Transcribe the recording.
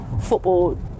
football